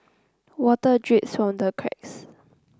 water from the cracks